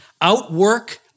Outwork